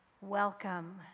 Welcome